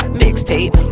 mixtape